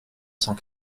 cent